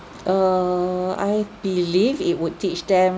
err I believe it would teach them